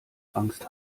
angst